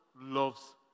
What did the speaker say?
loves